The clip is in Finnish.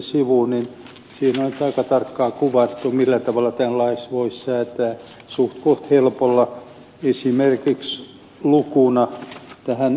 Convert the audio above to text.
siinä on aika tarkkaan kuvattu millä tavalla tämän lain voisi säätää suhtkoht helpolla esimerkiksi lukuna tähän normaaliin pysäköintivalvontalakiin